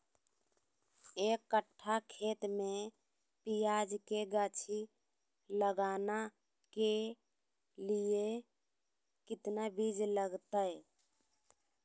एक कट्ठा खेत में प्याज के गाछी लगाना के लिए कितना बिज लगतय?